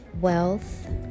wealth